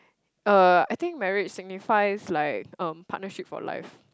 uh I think marriage signifies like um partnership for life